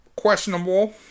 questionable